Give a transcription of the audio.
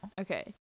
okay